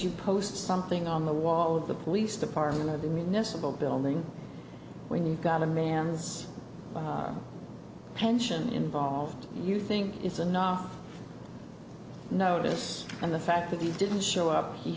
you post something on the wall of the police department of the municipal building when you've got a man is a pension involved and you think it's enough notice and the fact that he didn't show up he